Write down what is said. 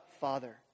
Father